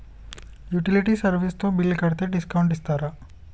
Utility service తో bill కడితే discount ఇస్తరా?